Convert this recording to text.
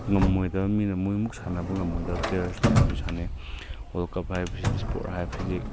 ꯉꯝꯃꯣꯏꯗꯕꯅꯤꯅ ꯃꯣꯏꯃꯨꯛ ꯁꯥꯟꯅꯕ ꯉꯝꯃꯣꯏꯗꯕ ꯄ꯭ꯂꯦꯌꯔꯁ ꯃꯌꯥꯝꯁꯨ ꯁꯥꯟꯅꯩ ꯋꯥꯔꯜ ꯀꯞ ꯍꯥꯏꯕꯁꯤꯗꯤ ꯁ꯭ꯄꯣꯔꯠ ꯍꯥꯏꯕꯁꯤꯗꯤ